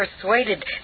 persuaded